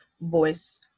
voice